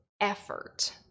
effort